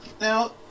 Now